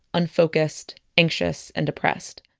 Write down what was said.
unfocused, anxious and depressed